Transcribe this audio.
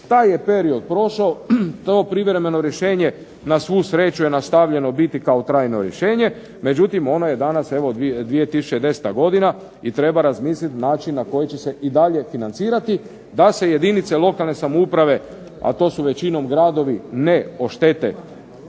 taj je period prošao, kao privremeno rješenje na svu sreću je nastavljeno u biti kao trajno rješenje, međutim, ono je danas 2010. godina i treba razmisliti na način na koji će se dalje financirati, a se jedinice lokalne samouprave, a to su većinom gradovi ne oštete